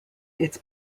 its